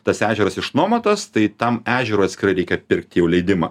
tas ežeras išnuomotas tai tam ežerui atskirai reikia pirkt jau leidimą